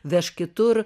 vežk kitur